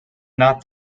not